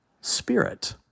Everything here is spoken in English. spirit